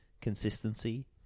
consistency